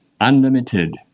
unlimited